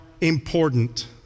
important